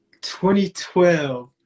2012